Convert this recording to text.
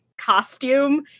costume